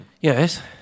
Yes